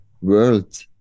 world